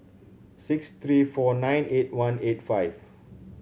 six three four nine eight one eight five